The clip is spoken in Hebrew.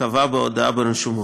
קבע בהודעה ברשומות.